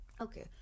Okay